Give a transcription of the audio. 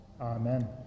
Amen